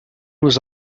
was